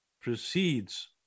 precedes